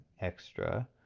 extra